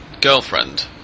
girlfriend